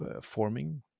forming